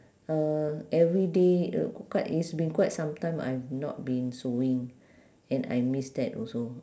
uh everyday quite it's been quite sometime I've not been sewing and I miss that also